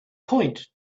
point